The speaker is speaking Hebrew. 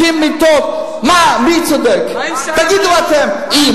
הוא עונה לכם.